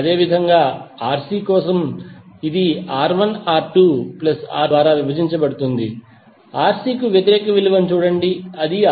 అదేవిధంగా Rc కొరకు ఇది R1R2R2R3R1R3 ద్వారా విభజించబడుతుంది Rc కు వ్యతిరేక విలువను చూడండి R3